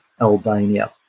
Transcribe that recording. Albania